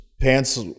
Pants